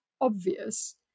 obvious